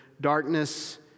darkness